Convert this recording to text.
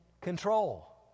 control